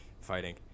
fighting